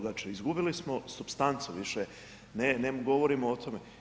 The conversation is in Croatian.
Znači izgubili smo supstancu više ne govorimo o tome.